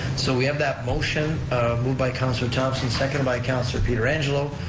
so we have that motion moved by councilor thomson, seconded by councilor pietrangelo,